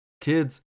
kids